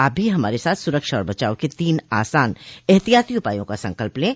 आप भी हमारे साथ सुरक्षा और बचाव के तीन आसान एहतियाती उपायों का संकल्प लें